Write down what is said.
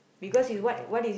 simple